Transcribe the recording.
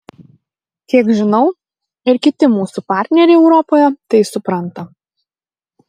kiek žinau ir kiti mūsų partneriai europoje tai supranta